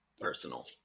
personal